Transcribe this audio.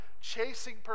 chasing